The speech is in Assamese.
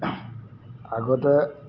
আগতে